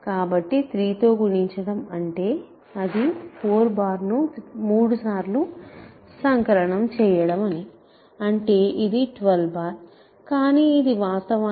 కాబట్టి 3 తో గుణించడం అంటే అది 4 ను 3 సార్లు సంకలనం చేయడం అని అంటే ఇది 12 కానీ ఇది వాస్తవానికి 0